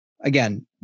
again